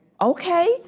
Okay